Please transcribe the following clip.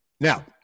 now